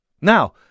Now